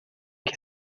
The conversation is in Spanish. que